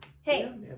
hey